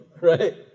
right